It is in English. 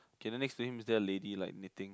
can I next doing Misses lady like meeting